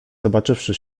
zobaczywszy